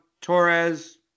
torres